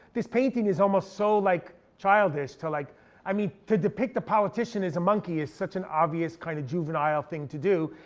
this painting is almost so like childish. like i mean to depict a politician as a monkey is such an obvious kind of juvenile thing to do.